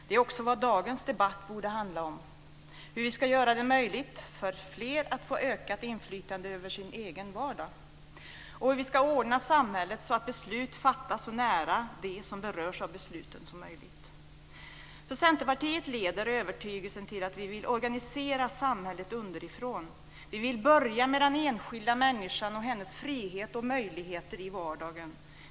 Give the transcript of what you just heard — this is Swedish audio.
Det är också vad dagens debatt borde handla om: hur vi ska göra det möjligt för fler att få ökat inflytande över sin egen vardag och hur vi ska ordna samhället så att beslut fattas så nära dem som berörs av besluten som möjligt. För Centerpartiet leder övertygelsen till att vi vill organisera samhället underifrån. Vi vill börja med den enskilda människan och hennes frihet och möjligheter i vardagen.